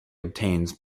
obtains